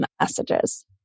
messages